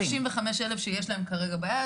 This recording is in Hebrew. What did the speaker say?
שלושים וחמישה אלף שיש להם כרגע ביד,